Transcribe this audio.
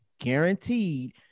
guaranteed